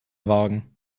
wagen